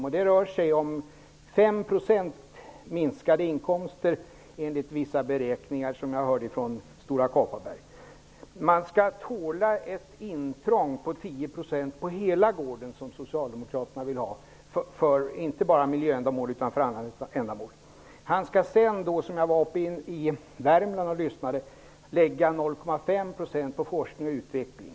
Enligt vissa beräkningar som jag har fått från Stora Kopparberg rör det sig om 5 % i minskade inkomster för markägarens del. Markägaren skall tåla ett intrång på 10 % på hela gården, enligt Socialdemokraterna, inte bara för miljöändamål utan för andra ändamål också. Markägaren skall sedan, som jag hörde när jag var i Värmland, lägga 0,5 % på forskning och utveckling.